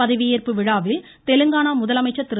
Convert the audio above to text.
பதவியேற்பு விழாவில் தெலுங்கானா முதலமைச்சர் திரு